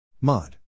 Mod